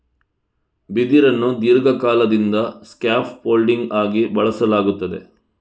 ಬಿದಿರನ್ನು ದೀರ್ಘಕಾಲದಿಂದ scaffolding ಆಗಿ ಬಳಸಲಾಗುತ್ತದೆ